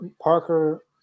Parker